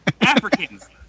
Africans